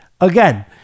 again